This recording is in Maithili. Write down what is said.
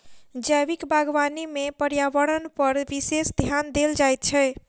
जैविक बागवानी मे पर्यावरणपर विशेष ध्यान देल जाइत छै